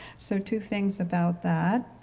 so, two things about that,